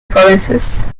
provinces